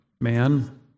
man